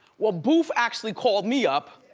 well, boof actually called me up.